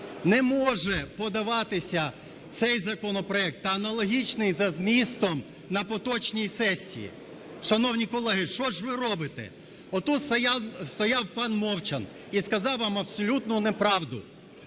не може подаватися цей законопроект та аналогічний за змістом на поточній сесії. Шановні колеги, що ж ви робите? От тут стояв пан Мовчан і сказав вам абсолютну неправду,